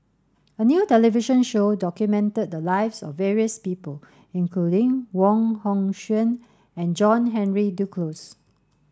a new television show documented the lives of various people including Wong Hong Suen and John Henry Duclos